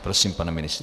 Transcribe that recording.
Prosím, pane ministře.